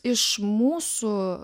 iš mūsų